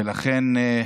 ולכן,